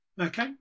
Okay